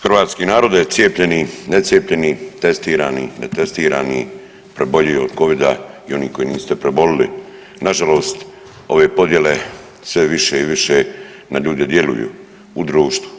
Hrvatski narode, cijepljeni, ne cijepljeni, testirani, ne testirani, preboljeli od Covida i oni koji niste prebolili, nažalost ove podjele sve više i više na ljude djeluju u društvu.